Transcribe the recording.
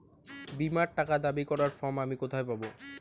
বীমার টাকা দাবি করার ফর্ম আমি কোথায় পাব?